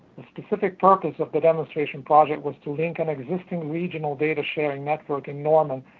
the specific purpose of the demonstration project was to link an existing regional data sharing network in norman,